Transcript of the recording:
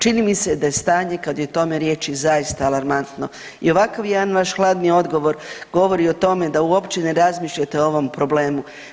Čini mi se da je stanje kada je o tome riječ zaista alarmantno i ovakav jedan vaš hladni odgovor govori o tome da uopće ne razmišljate o ovom problemu.